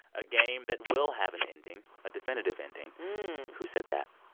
a game that will have an ending, a definitive ending who said that?